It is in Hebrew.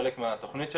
כחלק מהתכנית שלנו.